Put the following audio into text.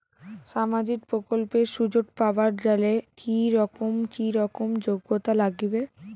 সামাজিক প্রকল্পের সুযোগ পাবার গেলে কি রকম কি রকম যোগ্যতা লাগিবে?